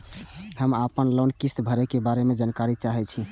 हम आपन लोन किस्त भरै के बारे में जानकारी चाहै छी?